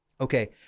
Okay